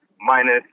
minus